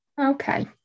Okay